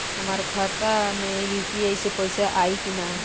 हमारा खाता मे यू.पी.आई से पईसा आई कि ना?